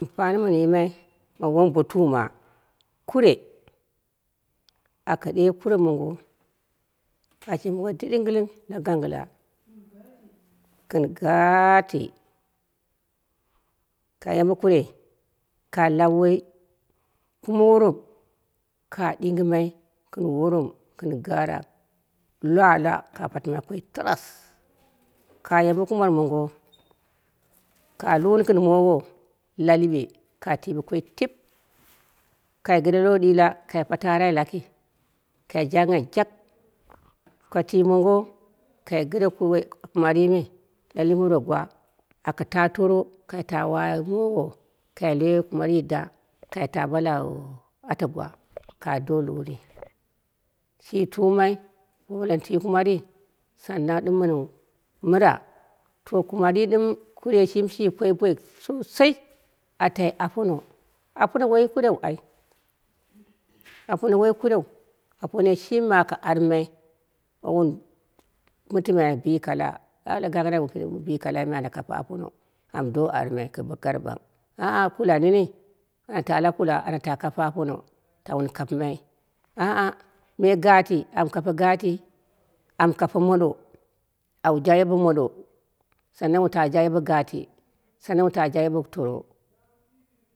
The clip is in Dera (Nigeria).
Ampani mɨ mɨn yimai ma wombotuma kure aka ɗe kure mongo ashi mongo dɨɗigiling la gangla gɨn gati ka yambe kurei, ka lab woi kuma worom ka ɗingɨmai gɨn worom gɨn garak lwa lwa ka patimai koi taras. Ka yambe kumat wongo ka luni gɨn mowo la liɓe kai tiɓe koi tip, kai gɨre lo ɗila kai pare arai laki kai janghai jak. Ka twi mongo kai gɨre woi kumarri me kai luro gwa, aka ta toro, kai ta wai mowo kai wi kumari da kaita bo lau ategwa kai do luni shi tumai, bo maleni twi kumariyi saanang ɗɨm mɨn mɨra kumari ɗɨm kurei shimi shi koi boi sosai atai apono. Apono woi kureu ai, apono woi kureu aponoi shimi aka armai wun mitimai bikala aka ɓalmai ai gogɨre bikalai me ana kare apono am do armai kɨ garɓang aa kula nene ana ta la kula ana ta kape apono ta wun kapɨmai aa me gati am kape gati am kape moɗo am gaye bo modo sannang wun ta gaye bo gati, sannang wun ta gaye bo toro.